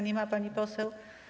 Nie ma pani poseł.